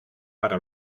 para